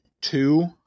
two